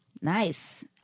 Nice